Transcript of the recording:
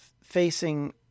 facing